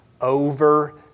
over